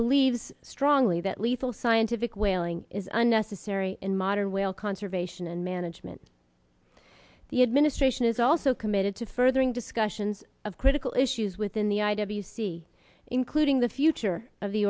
believes strongly that lethal scientific whaling is unnecessary in modern whale conservation and management the administration is also committed to furthering discussions of critical issues within the i w c including the future of the